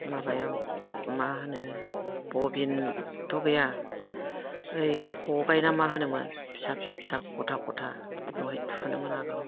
माबायाव मा होनो बबिन थ' गैया बै फबाय ना मा होनोमोन फिसा फिसा गथा गथा बहाय थुनोमोन आगोलाव